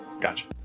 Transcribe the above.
Gotcha